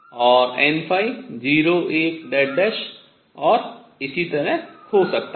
और n 0 1 और इसी तरह हो सकता है